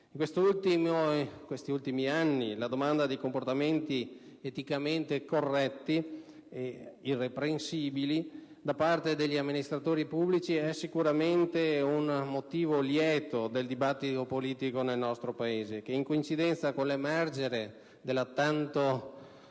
In questi ultimi anni la domanda di comportamenti eticamente corretti e irreprensibili da parte degli amministratori pubblici costituisce un motivo lieto del dibattito politico del nostro Paese che, in coincidenza con l'emergere della tanto